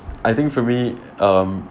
I think for me um